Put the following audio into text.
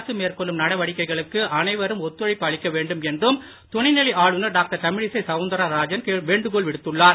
அரசு மேற்கொள்ளும் நடவடிக்கைகளுக்கு அனைவரும் ஒத்துழைப்பு அளிக்க வேண்டும் என்றும் துணை நிலை ஆளுநர் டாக்டர் தமிழிசை சவுந்தரராஜன் வேண்டுகோள் விடுத்துள்ளார்